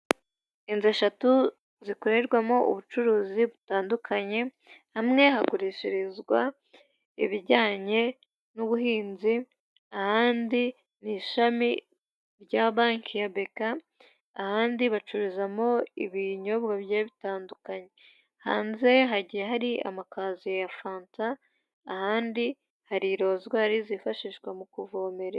Inzu eshatu zikorerwamo ubucuruzi butandukanye, hamwe hagurishirizwa ibijyanye n'ubuhinzi, ahandi ni ishami rya banki ya BK, ahandi bacururizamo ibinyobwa bigiye bitandukanye, hanze hagiye hari amakaziye ya fanta, ahandi hari rozwari zifashishwa mu kuvomerera.